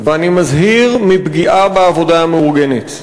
ואני מזהיר מפגיעה בעבודה המאורגנת.